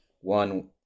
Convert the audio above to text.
One